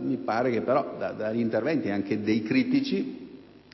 Mi sembra che dagli interventi anche dei critici